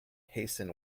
hasten